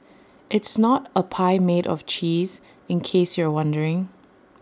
it's not A pie made of cheese in case you're wondering